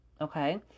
Okay